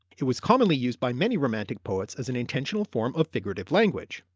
it was commonly used by many romantic poets as an intentional form of figurative language.